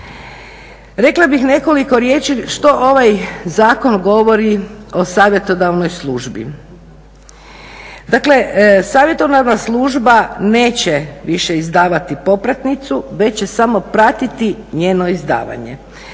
Rekla bih nekoliko riječi što ovaj zakon govori o savjetodavnoj službi. Dakle, savjetodavna služba neće više izdavati popratnicu već će samo pratiti njeno izdavanje.